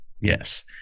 Yes